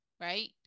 right